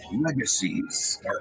Legacies